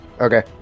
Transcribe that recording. Okay